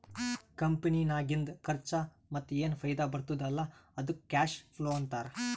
ಕಂಪನಿನಾಗಿಂದ್ ಖರ್ಚಾ ಮತ್ತ ಏನ್ ಫೈದಾ ಬರ್ತುದ್ ಅಲ್ಲಾ ಅದ್ದುಕ್ ಕ್ಯಾಶ್ ಫ್ಲೋ ಅಂತಾರ್